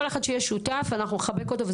כל אחד שיהיה שותף אנחנו נחבק אותו זה